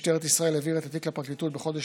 משטרת ישראל העבירה את התיק לפרקליטות בחודש